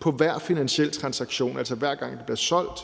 på hver finansielle transaktion – altså det er, hver gang der bliver solgt